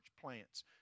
plants